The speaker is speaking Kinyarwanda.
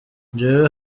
jewe